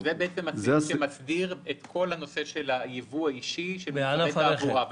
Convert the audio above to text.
זה הסעיף שמסדיר את כל הייבוא האישי של מוצרי תעבורה,